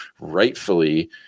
rightfully